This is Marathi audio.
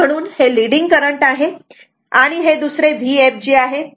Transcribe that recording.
म्हणून हे लीडिंग करंट आहे आणि हे दुसरे Vfg आहे